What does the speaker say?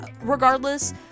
regardless